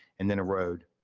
and then a road.